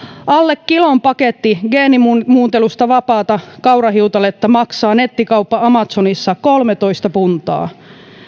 alle kilon paketti geenimuuntelusta vapaata kaurahiutaletta maksaa nettikauppa amazonissa kolmetoista puntaa